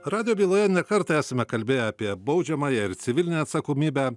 radijo byloje ne kartą esame kalbėję apie baudžiamąją ir civilinę atsakomybę